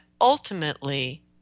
ultimately